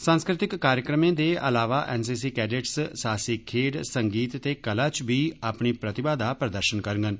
सांस्कृतिक कार्यक्रमें दे अलावा एन सी सी कैडिटज सहासिक खेड्ड संगीत ते कला च बी अपनी प्रतिभा दा प्रदर्शन करगंन